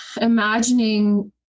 imagining